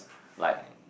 like